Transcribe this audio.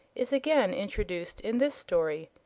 is again introduced in this story,